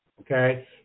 Okay